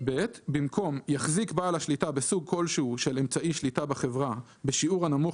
במקום "יחזיק בעל השליטה בסוג כלשהו של אמצעי שליטה בחברה בשיעור הנמוך